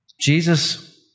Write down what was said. Jesus